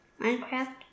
Minecraft